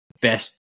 best